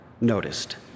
noticed